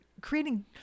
creating